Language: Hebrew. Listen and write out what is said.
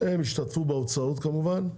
הם ישתתפו בהוצאות, כמובן,